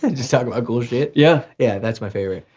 and just talk about cool shit. yeah. yeah, that's my favorite.